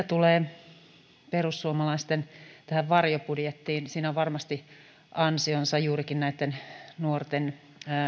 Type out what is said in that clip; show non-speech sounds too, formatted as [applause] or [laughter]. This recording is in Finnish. [unintelligible] tulee perussuomalaisten varjobudjettiin siinä on varmasti ansionsa juurikin näitten nuorten